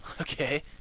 Okay